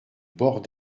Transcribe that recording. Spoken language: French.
bord